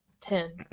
Ten